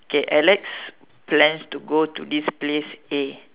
okay Alex plans to go to this place A